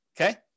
okay